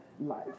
life